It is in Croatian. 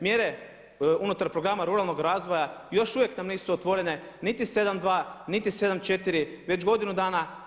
Mjere unutar programa ruralnog razvoja još uvijek nam nisu otvorene niti 7.2, niti 7.4, već godinu dana.